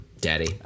daddy